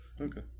Okay